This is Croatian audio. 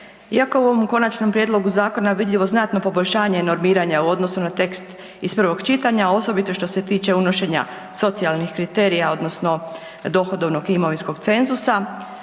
iako je u ovom konačnom prijedlogu zakona vidljivo znatno poboljšanje i normiranje u odnosu na tekst iz prvog čitanja, osobito što se tiče unošenja socijalnih kriterija odnosno dohodovnog i imovinskog cenzusa,